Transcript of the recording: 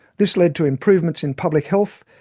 this led to improvements in public health,